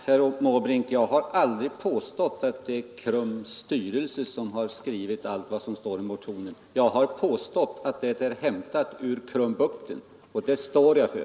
Herr talman! Jag har, herr Måbrink, aldrig påstått att det är KRUM:s styrelse som skrivit allt det som citeras i motionen. Jag har påstått att det är hämtat ur Krum bukten, och det står jag för.